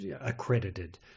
accredited